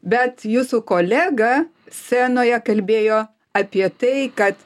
bet jūsų kolega scenoje kalbėjo apie tai kad